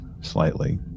Slightly